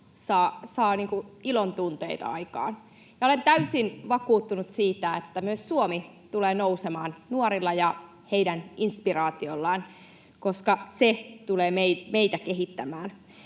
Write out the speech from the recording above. ilon tunteita aikaan. Olen täysin vakuuttunut siitä, että Suomi tulee myös nousemaan nuorilla ja heidän inspiraatiollaan, koska se tulee meitä kehittämään.